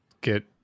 get